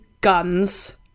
guns